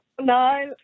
no